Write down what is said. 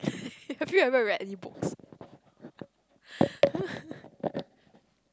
have you ever read any books